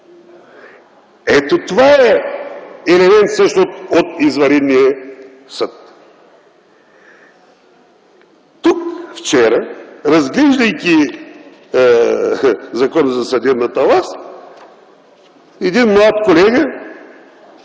Ето, това е елемент всъщност от извънредния съд. Тук вчера, разглеждайки Закона за съдебната власт, един млад колега,